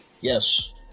Yes